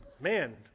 Man